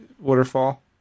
Waterfall